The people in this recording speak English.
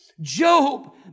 Job